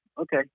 okay